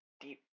deep